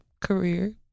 career